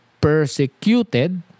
persecuted